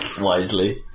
wisely